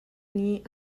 nih